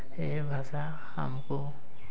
ଏହି ଭାଷା ଆମକୁ